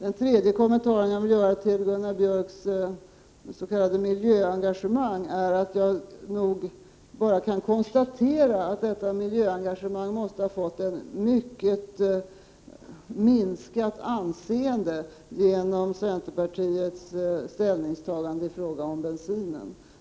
En ytterligare kommentar som jag vill göra till Gunnar Björks s.k. miljöengagemang är att jag bara kan konstatera att detta miljöengagemang måste ha fått ett mycket minskat anseende genom centerns ställningstagande i fråga om bensinen.